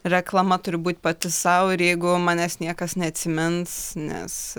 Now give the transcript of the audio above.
reklama turi būt pati sau ir jeigu manęs niekas neatsimins nes